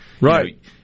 right